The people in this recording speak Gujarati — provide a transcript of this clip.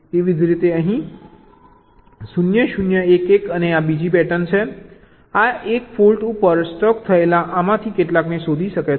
એવી જ રીતે અહીં 0 0 1 1 અને આ બીજી પેટર્ન છે આ 1 ફોલ્ટ ઉપર સ્ટક થયેલા આમાંથી કેટલાકને શોધી શકે છે